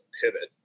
pivot